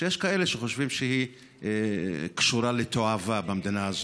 שיש כאלה שחושבים שהיא קשורה לתועבה במדינה הזאת,